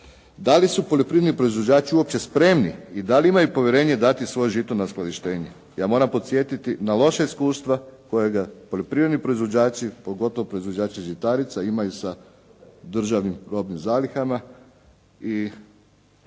Da li su poljoprivredni proizvođači uopće spremni i da li imaju povjerenje dati svoje žito na uskladištenje. Ja moram podsjetiti na loša iskustva kojega poljoprivredni proizvođači pogotovo proizvođači žitarica imaju sa državnim …/Govornik